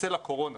בצל הקורונה